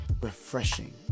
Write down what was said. refreshing